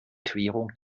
querung